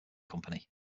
company